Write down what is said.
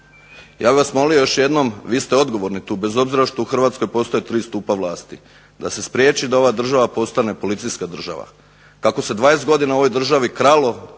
Ja bih vas molio još jednom vi ste odgovorni tu bez obzira što u Hrvatskoj postoje tri stupa vlasti, da se spriječi da ova država postane policijska država. Kako se 20 godina u ovoj državi kralo